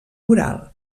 oral